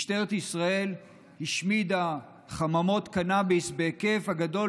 משטרת ישראל השמידה חממות קנביס בהיקף הגדול